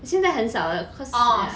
现在很少了 cause ya